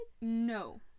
No